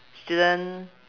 student